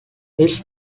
its